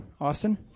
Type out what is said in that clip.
Austin